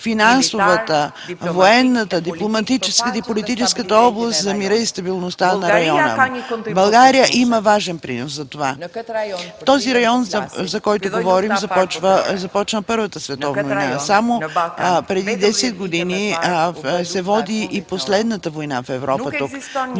финансовата, военната, дипломатическата и политическата област за мира и стабилността на района. България има важен принос за това. В този район, за който говорим, започна Първата световна война. Само преди 10 години се води и последната война в Европа тук.